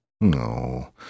No